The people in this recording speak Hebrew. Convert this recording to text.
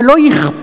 אבל לא אכפת,